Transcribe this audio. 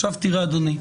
עכשיו תראה אדוני,